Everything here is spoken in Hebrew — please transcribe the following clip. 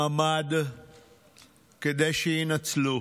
כדי שיינצלו.